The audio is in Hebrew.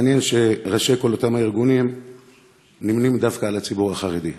מעניין שראשי כל אותם הארגונים נמנים דווקא עם הציבור החרדי: